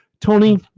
Tony